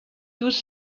use